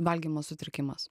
valgymo sutrikimas